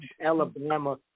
Alabama